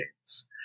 games